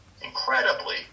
incredibly